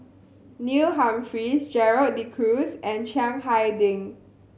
Neil Humphreys Gerald De Cruz and Chiang Hai Ding